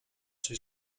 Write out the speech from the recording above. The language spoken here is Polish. czy